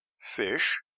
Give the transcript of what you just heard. fish